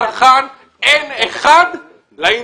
מכאן, אין אחד לאינטרנט.